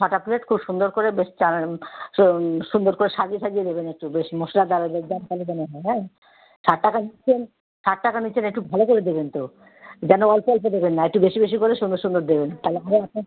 ছটা প্লেট খুব সুন্দর করে বেশ চানা সু সুন্দর করে সাজিয়ে ঠাজিয়ে দেবেন একটু বেশ মশলাদার জোরদার ভালো যেন হয় হ্যাঁ ষাট টাকা নিচ্ছেন ষাট টাকা নিচ্ছেন একটু ভালো দেবেন তো যেন অল্প অল্প দেবেন না একটু বেশি বেশি সুন্দর সুন্দর দেবেন তাহলে পরে আপনার